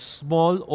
small